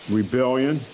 rebellion